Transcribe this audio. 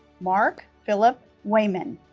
mark philip wehman